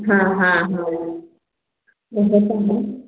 हाँ हाँ हाँ डॉक्टर साहब हैं